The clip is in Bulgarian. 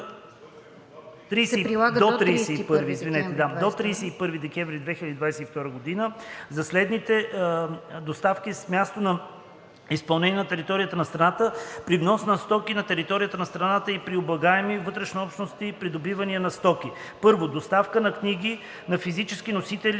до 31 декември 2022 г. за следните доставки с място на изпълнение на територията на страната, при внос на стоки на територията на страната и при облагаеми вътреобщностни придобивания на стоки: 1. доставка на книги на физически носители или